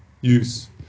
use